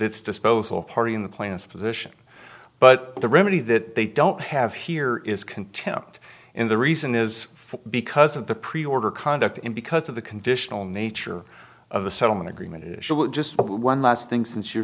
its disposal party in the plaintiff's position but the remedy that they don't have here is contempt in the reason is because of the preorder conduct and because of the conditional nature of the settlement agreement just one last thing since you're